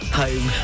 home